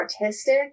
artistic